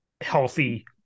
healthy